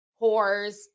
whores